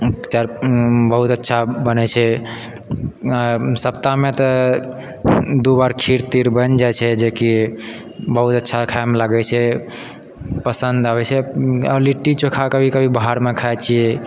बहुत अच्छा बनैत छै आ सप्ताहमे तऽ दू बार खीर तीर बनि जाइत छै जेकि बहुत अच्छा खाइमे लागैत छै पसन्द आबैत छै आओर लिट्टी चोखा कभी कभी बाहरमे खाइत छियै